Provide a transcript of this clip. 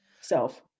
self